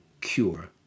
cure